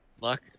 Luck